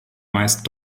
meist